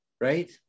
Right